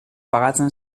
pagatzen